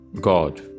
God